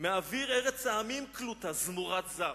מאוויר ארץ העמים קלוטה, זמורת זר"